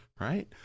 Right